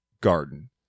garden